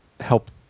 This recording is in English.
help